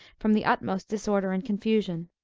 from the utmost disorder and confusion.